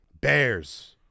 Bears